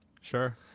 Sure